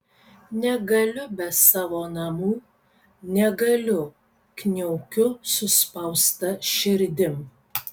negaliu be savo namų negaliu kniaukiu suspausta širdim